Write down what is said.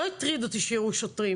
לא הטריד אותי שיראו שוטרים,